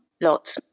Lots